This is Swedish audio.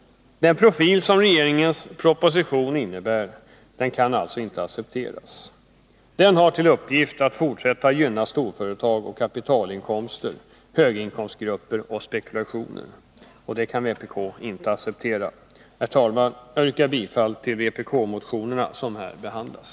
Den profil som regeringens proposition innebär kan alltså inte accepteras. Den har till uppgift att fortsätta att gynna storföretag och kapitalinkomster, höginkomstgrupper och spekulationer. Det kan vpk inte acceptera. Herr talman! Jag yrkar bifall till de vpk-motioner som här behandlas.